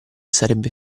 sarebbe